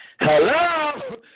Hello